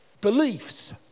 beliefs